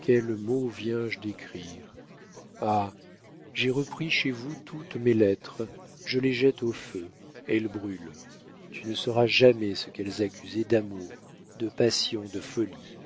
quel mot viens-je d'écrire ah j'ai repris chez vous toutes mes lettres je les jette au feu elles brûlent tu ne sauras jamais ce qu'elles accusaient d'amour de passion de folie